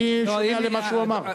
אני שומע למה שהוא אמר.